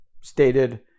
stated